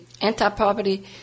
anti-poverty